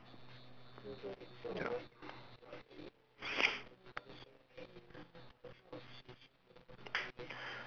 ya